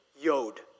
Yod